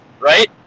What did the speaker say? Right